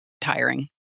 tiring